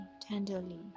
tenderly